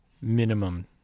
Minimum